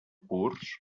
curs